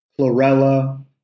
Chlorella